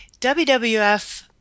WWF